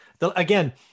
again